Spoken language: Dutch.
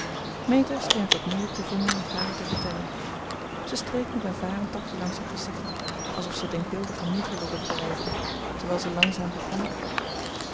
meta scheen het wat moeilijk te vinden het hare te vertellen zij streek met een varentakje langs haar gezicht alsof ze denkbeeldige muggen wilde verdrijven terwijl zij langzaam begon